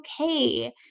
okay